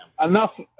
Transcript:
enough